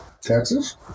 Texas